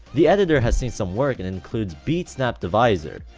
the editor has seen some work and includes beat snap divisor,